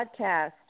podcast